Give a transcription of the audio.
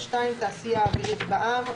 (2)תעשיה אווירית בע"מ,